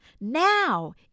Now